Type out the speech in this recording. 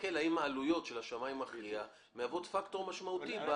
להסתכל האם העלויות של השמאי המכריע מהוות פקטור משמעותי.